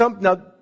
now